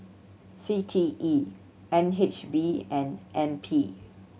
C T E N H B and N P